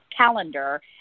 calendar